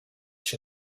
she